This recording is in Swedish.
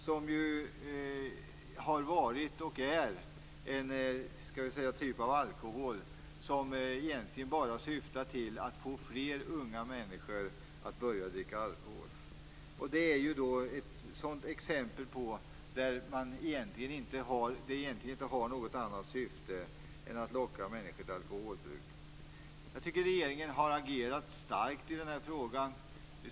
Alkoläsk är ju ett exempel på en typ av alkohol som egentligen inte har något annat syfte än att locka fler unga människor att börja dricka alkohol. Jag tycker att regeringen har agerat starkt i den här frågan.